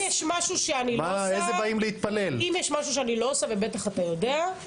אם יש משהו שאני לא עושה ואתה בטח יודע,